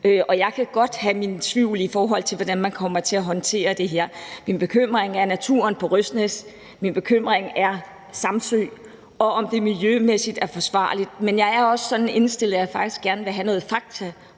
og jeg kan godt have mine tvivl, i forhold til hvordan man kommer til at håndtere det her. Min bekymring er naturen på Røsnæs. Min bekymring er Samsø, og om det er miljømæssigt forsvarligt, men jeg er også sådan indstillet, at jeg faktisk gerne vil have noget fakta